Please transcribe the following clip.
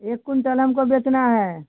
एक कुंटल हमको बेचना है